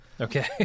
Okay